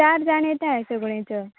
चार जाण येता सगळींच